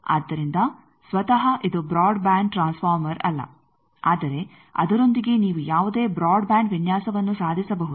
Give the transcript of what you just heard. ಆದ್ದರಿಂದ ಸ್ವತಃ ಇದು ಬ್ರಾಡ್ ಬ್ಯಾಂಡ್ ಟ್ರಾನ್ಸ್ ಫಾರ್ಮರ್ ಅಲ್ಲ ಆದರೆ ಅದರೊಂದಿಗೆ ನೀವು ಯಾವುದೇ ಬ್ರಾಡ್ ಬ್ಯಾಂಡ್ ವಿನ್ಯಾಸವನ್ನು ಸಾಧಿಸಬಹುದು